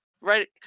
right